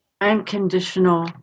unconditional